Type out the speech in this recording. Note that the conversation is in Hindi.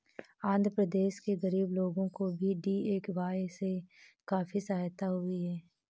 आंध्र प्रदेश के गरीब लोगों को भी डी.ए.वाय से काफी सहायता हुई है